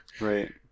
Right